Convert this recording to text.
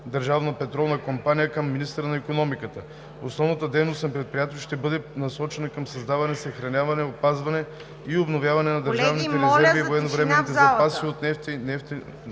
„Държавна петролна компания“ към министъра на икономиката. Основната дейност на предприятието ще бъде насочена към създаване, съхраняване, опазване и обновяване на държавните резерви и военновременните запаси от нефт и